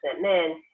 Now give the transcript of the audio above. men